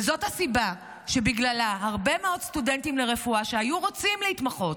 וזאת הסיבה שבגללה הרבה מאוד סטודנטים לרפואה שהיו רוצים להתמחות,